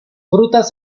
frutas